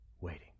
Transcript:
waiting